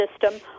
system